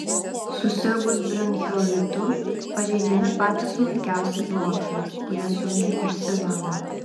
susirgus bronchiolitu pažeidžiami patys smulkiausi bronchai kurie sunkiai išsivalo